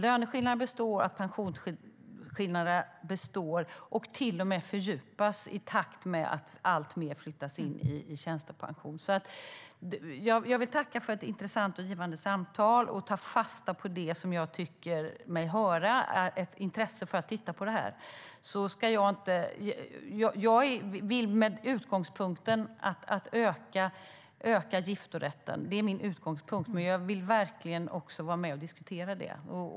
Löneskillnaderna och pensionsskillnaderna består, och de till och med fördjupas i takt med att alltmer flyttas in i tjänstepension. Min utgångspunkt är att vi ska öka giftorätten, men jag vill verkligen också vara med och diskutera det.